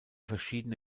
verschiedene